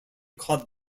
cod